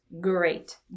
great